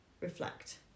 reflect